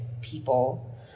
people